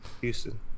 Houston